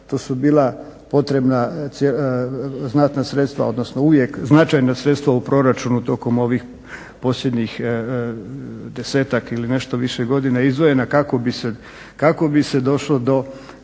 to su bila potrebna cijela, znatna sredstva, odnosno uvijek značajna sredstva u proračunu tokom ovih posljednjih desetak ili nešto više godina izdvojena kako bi se došlo do